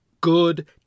good